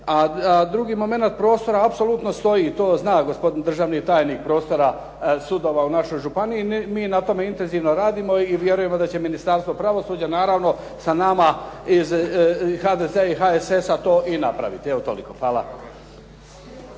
A drugi momenat prostora, apsolutno stoji i to zna gospodin državni tajnik prostora sudova u našoj županiji i mi na tome intenzivno radimo i vjerujemo da će Ministarstvo pravosuđa, naravno sa nama iz HDZ-a i HSS-a to i napraviti. Evo toliko. Hvala.